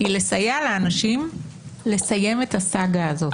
היא לסייע לאנשים לסיים את הסאגה הזאת.